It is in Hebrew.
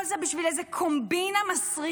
כל זה, בשביל איזו קומבינה מסריחה